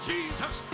Jesus